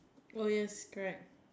oh yes correct